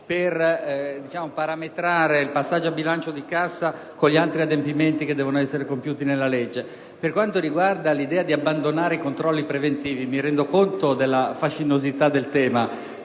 Per quanto riguarda l'idea di abbandonare i controlli preventivi, mi rendo conto della fascinosità del tema,